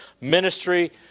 ministry